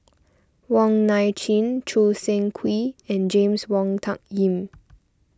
Wong Nai Chin Choo Seng Quee and James Wong Tuck Yim